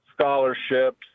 scholarships